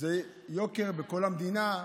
זה יוקר בכל המדינה,